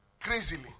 Crazily